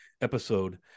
episode